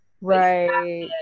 Right